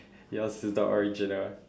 yours is the original one